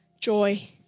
joy